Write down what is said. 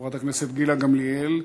חברת הכנסת גילה גמליאל.